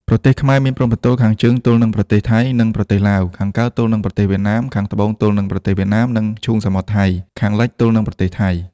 ប្រទេសខ្មែរមានព្រំប្រទល់ខាងជើងទល់នឹងប្រទេសថៃ និងប្រទេសឡាវ ខាងកើតទល់នឹងប្រទេសវៀតណាម ខាងត្បូងទល់នឹងប្រទេសវៀតណាម និងឈូងសមុទ្រថៃ ខាងលិចទល់នឹងប្រទេសថៃ ។